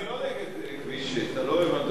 אני לא נגד כביש 6. אתה לא הבנת.